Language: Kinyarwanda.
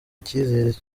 icyizere